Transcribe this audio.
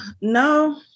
no